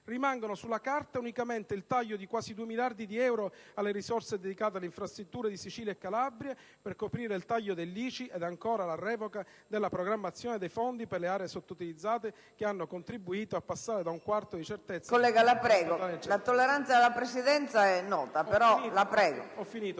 Rimangono sulla carta unicamente il taglio di quasi 2 miliardi di euro alle risorse dedicate alle infrastrutture di Sicilia e Calabria per coprire il taglio dell'ICI e, ancora, la revoca della programmazione dei Fondi per le aree sottoutilizzate, che hanno contribuito a passare da un quadro di certezza ad uno di totale incertezza. Gli interventi fino